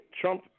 Trump